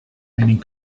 hiding